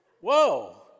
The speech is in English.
Whoa